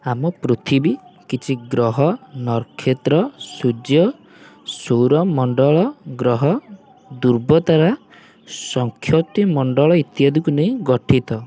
ଆମ ପୃଥିବୀ କିଛି ଗ୍ରହ ନକ୍ଷତ୍ର ସୂର୍ଯ୍ୟ ସୌରମଣ୍ଡଳ ଗ୍ରହ ଧୃବତାରା ସଂକ୍ଷତି ମଣ୍ଡଳ ଇତ୍ୟାଦିକୁ ନେଇ ଗଠିତ